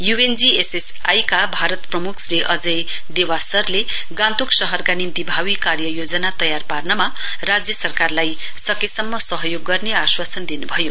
UNGSSI का भारत प्रमुख श्री अजय देवास्सरले गान्तोक शहरका निम्ति भावी कार्ययोजना तयार पार्नमा राज्य सरकारलाई सकेसम्म सहयोग गर्ने आश्वासन दिनुभयो